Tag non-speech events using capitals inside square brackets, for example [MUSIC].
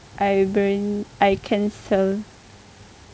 I [NOISE] I cancel